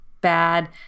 bad